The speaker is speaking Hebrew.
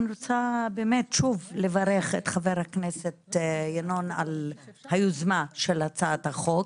אני רוצה לברך את חבר הכנסת ינון על היוזמה של הצעת החוק.